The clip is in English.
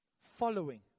following